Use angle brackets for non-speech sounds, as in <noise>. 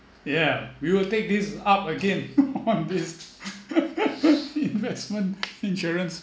yeah we will take this up again <laughs> on this investment insurance